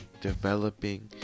developing